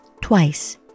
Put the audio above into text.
twice